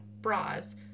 bras